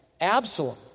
Absalom